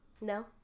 No